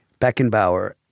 Beckenbauer